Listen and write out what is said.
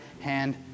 hand